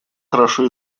хорошо